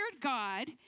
God